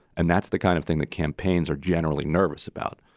and that's the kind of thing that campaigns are generally nervous about.